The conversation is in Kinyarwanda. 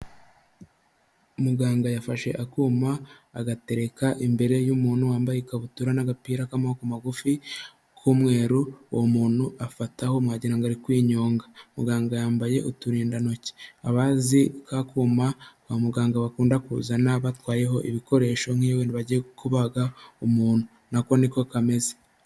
Muganga yafashe akuma, agatereka imbere y'umuntu wambaye ikabutura n'agapira k'amaboko magufi k'umweru, uwo muntu afataho, mwagira ngo ari kwinyonga. Muganga yambaye uturindantoki. Abazi ka kuma kwa muganga bakunda kuzana batwayeho ibikoresho nk'iyo wenda bagiye kubaga umuntu, na ko ni ko kameze.